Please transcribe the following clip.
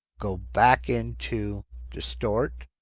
go back into distort